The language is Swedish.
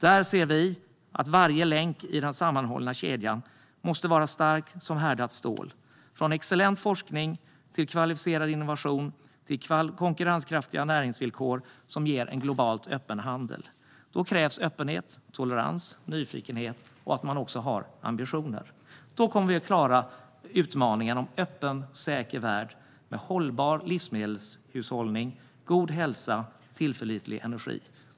Här ser vi att varje länk i den sammanhållna kedjan måste vara stark som härdat stål, från excellent forskning och kvalificerad innovation till konkurrenskraftiga näringsvillkor som ger en globalt öppen handel. Då krävs öppenhet, tolerans, nyfikenhet och att man har ambitioner. Då kommer vi att klara utmaningen om en öppen, säker värld med hållbar livsmedelshushållning, god hälsa och tillförlitlig energi.